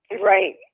Right